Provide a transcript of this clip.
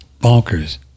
bonkers